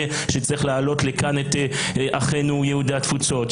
שצריך להעלות לכאן את אחינו יהודי התפוצות,